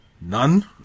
None